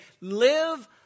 live